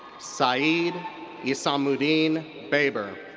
syed isamuddin baber.